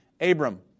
Abram